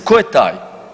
Tko je taj?